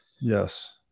yes